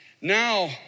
Now